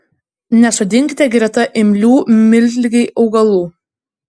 nesodinkite greta imlių miltligei augalų